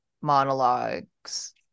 monologues